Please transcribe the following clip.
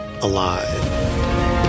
alive